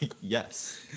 Yes